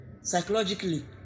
psychologically